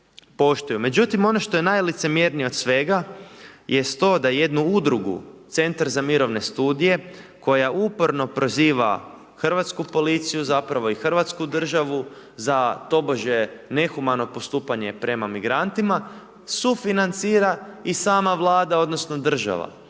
Međutim, ono što je najlicemjernije od svega jest to da jednu udrugu, Centar za mirovne studije koja uporno proziva hrvatsku policiju, zapravo i Hrvatsku državu za tobože nehumano postupanje prema migrantima, sufinancira i sama Vlada odnosno država.